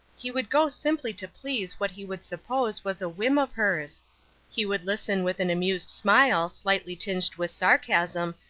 he would go simply to please what he would suppose was a whim of hers he would listen with an amused smile, slightly tinged with sarcasm,